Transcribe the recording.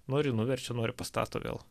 nori nuverčia nori pastato vėl